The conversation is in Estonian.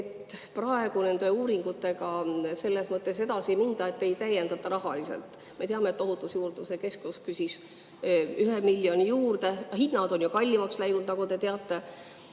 et praegu nende uuringutega selles mõttes edasi ei minda, et ei täiendata rahaliselt. Me teame, et Ohutusjuurdluse Keskus küsis 1 miljoni juurde, hinnad on ju kallimaks läinud, nagu te teate